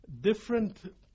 different